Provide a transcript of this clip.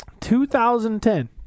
2010